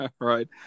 right